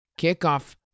kickoff